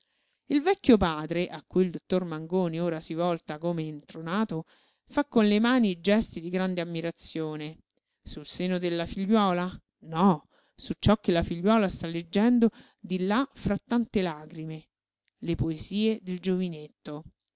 il vecchio padre a cui il dottor mangoni ora si volta come intronato fa con le mani gesti di grande ammirazione sul seno della figliuola no su ciò che la figliuola sta leggendo di là fra tante lagrime le poesie del giovinetto